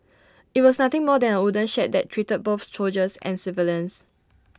IT was nothing more than A wooden shed that treated both soldiers and civilians